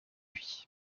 lui